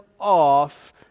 off